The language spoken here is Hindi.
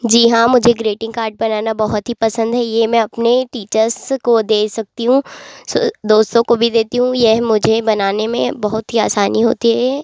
जी हाँ मुझे ग्रीटिंग कार्ड बनाना बहुत ही पसंद है ये मैं अपने टीचर्स को दे सकती हूँ दोस्तों को भी देती हूँ यह मुझे बनाने में बहुत ही आसानी होती है